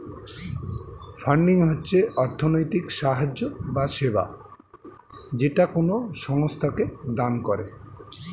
funding হচ্ছে অর্থনৈতিক সাহায্য বা সেবা যেটা কোনো সংস্থাকে দান করে